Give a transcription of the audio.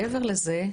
מעבר לזה,